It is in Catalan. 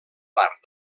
part